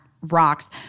rocks